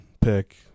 pick